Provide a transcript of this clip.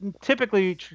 typically